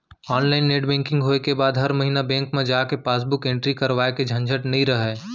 online net banking होय के बाद म हर महिना बेंक म जाके पासबुक एंटरी करवाए के झंझट नइ रहय